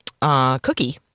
cookie